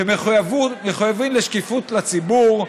שמחויבים לשקיפות לציבור.